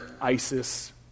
ISIS